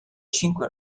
cinque